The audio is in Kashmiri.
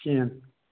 کِہیٖنٛۍ نہٕ